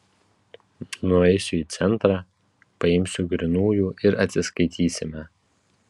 nueisiu į centrą paimsiu grynųjų ir atsiskaitysime